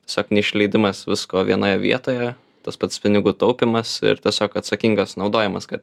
tiesiog neišleidimas visko vienoje vietoje tas pats pinigų taupymas ir tiesiog atsakingas naudojimas kad